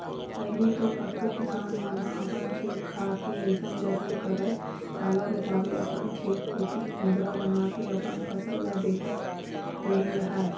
पहिली तो कतको किसान मन ह अपन खेत खार के अइसन जतन करय काला बताबे अपन खेत कोती कुदंरा बनाके अपन फसल ल देखत रेहे राहय